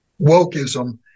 wokeism